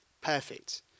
perfect